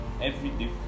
everyday